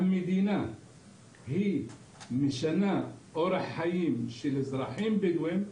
המדינה משנה אורח חיים של אזרחים בדואים,